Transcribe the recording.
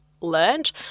learned